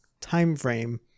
timeframe